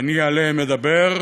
שאני מדבר עליהם,